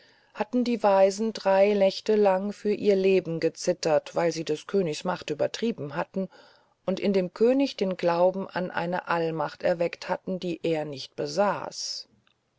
hatten die weisen drei nächte lang für ihr leben gezittert weil sie des königs macht übertrieben hatten und in dem könig den glauben an eine allmacht erweckt hatten die er nicht besaß